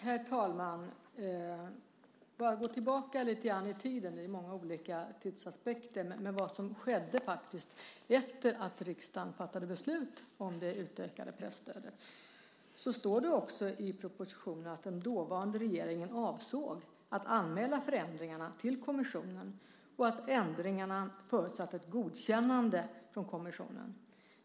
Herr talman! Jag ska gå tillbaka lite grann i tiden - det är många olika tidsaspekter - för att redogöra för vad som skedde efter det att riksdagen fattade beslut om det utökade presstödet. Det står i propositionen att den dåvarande regeringen avsåg att anmäla förändringarna till kommissionen och att ändringarna förutsatte ett godkännande från kommissionen.